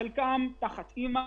- חלקם תחת א.מ.א,